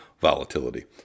volatility